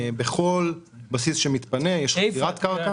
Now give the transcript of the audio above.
בכל בסיס שמתפנה יש חקירת קרקע.